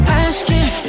asking